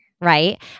Right